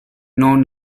non